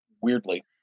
weirdly